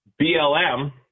BLM